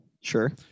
Sure